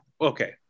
okay